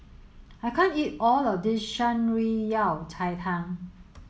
I can't eat all of this Shan Rui Yao Cai Tang